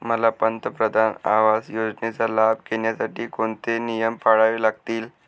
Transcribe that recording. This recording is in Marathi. मला पंतप्रधान आवास योजनेचा लाभ घेण्यासाठी कोणते नियम पाळावे लागतील?